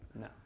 no